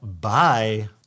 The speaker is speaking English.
Bye